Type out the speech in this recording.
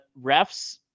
refs